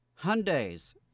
Hyundai's